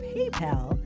PayPal